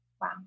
Wow